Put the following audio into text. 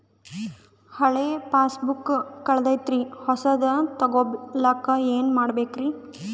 ಹಳೆ ಪಾಸ್ಬುಕ್ ಕಲ್ದೈತ್ರಿ ಹೊಸದ ತಗೊಳಕ್ ಏನ್ ಮಾಡ್ಬೇಕರಿ?